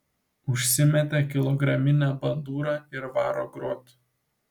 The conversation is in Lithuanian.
užsimetė kilograminę bandūrą ir varo grot